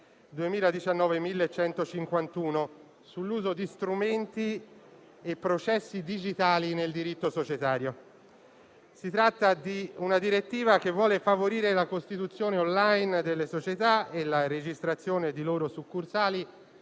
2019/1151 sull'uso di strumenti e processi digitali nel diritto societario. Si tratta di una direttiva che vuole favorire la costituzione *online* delle società e la registrazione di loro succursali,